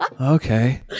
okay